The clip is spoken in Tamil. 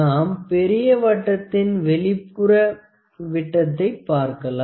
நாம் பெரிய வட்டத்தின் வெளிப்புற விட்டத்தை பார்க்கலாம்